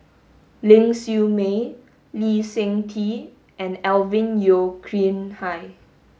Ling Siew May Lee Seng Tee and Alvin Yeo Khirn Hai